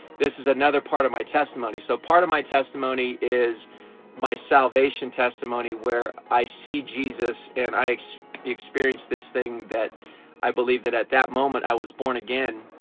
this is another part of my testimony. so part of my testimony is my salvation testimony where i see jesus and i experienced this thing that i believe that at that moment i was born again,